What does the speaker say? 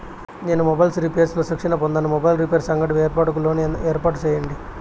నేను mobiles repairs లో శిక్షణ పొందాను, మొబైల్ రిపైర్స్ అంగడి ఏర్పాటుకు లోను ఏర్పాటు సేయండి?